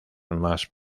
más